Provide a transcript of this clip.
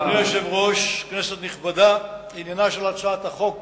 אדוני היושב-ראש, כנסת נכבדה, עניינה של הצעת החוק